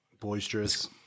Boisterous